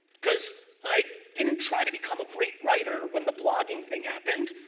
because i didn't try to become a great writer when the blogging thing happened,